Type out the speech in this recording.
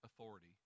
authority